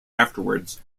afterwards